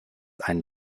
einen